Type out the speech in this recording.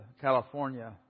California